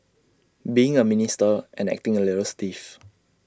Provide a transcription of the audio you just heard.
being A minister and acting A little stiff